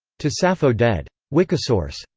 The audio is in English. to sappho dead. wikisource.